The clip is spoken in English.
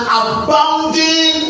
abounding